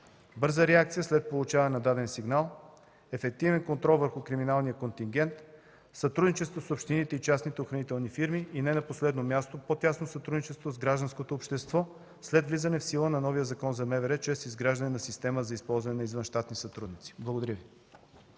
бърза реакция след получаване на даден сигнал; - ефективен контрол върху криминалния контингент в сътрудничество с общините и частните охранителни фирми; - не на последно място, по-тясно сътрудничество с гражданското общество след влизане в сила на новия Закон за МВР чрез изграждане на система за използване на извънщатни сътрудници. Благодаря Ви.